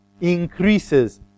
increases